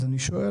אז אני שואל,